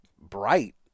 bright